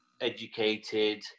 educated